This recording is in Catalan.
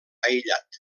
aïllat